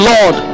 Lord